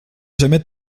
jamais